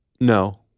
No